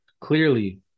Clearly